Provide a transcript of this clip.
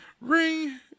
ring